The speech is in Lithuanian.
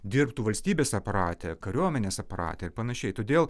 dirbtų valstybės aparate kariuomenės aparate ir panašiai todėl